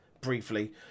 briefly